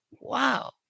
Wow